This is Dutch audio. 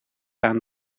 aan